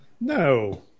No